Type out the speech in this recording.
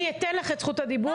אני אתן לך את זכות הדיבור.